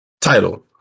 title